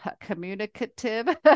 communicative